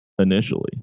initially